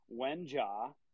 Wenja